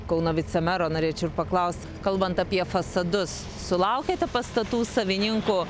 kauno vicemero norėčiau ir paklaust kalbant apie fasadus sulaukiate pastatų savininkų